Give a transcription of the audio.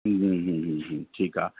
हूं हूं हूं हूं हूं ठीकु आहे